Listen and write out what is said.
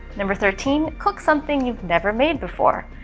number thirteen cook something you've never made before.